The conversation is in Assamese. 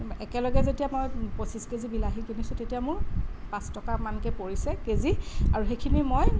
একেলগে যেতিয়া মই পঁচিছ কেজি বিলাহী কিনিছোঁ তেতিয়া মোৰ পাঁচ টকা মানকে পৰিছে কেজি আৰু সেইখিনি মই